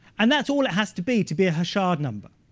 and that's all it has to be, to be a harshad number.